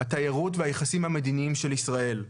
על התיירות ועל היחסים המדיניים של ישראל.